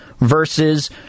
versus